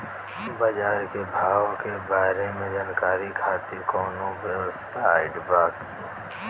बाजार के भाव के बारे में जानकारी खातिर कवनो वेबसाइट बा की?